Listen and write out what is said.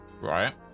Right